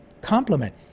compliment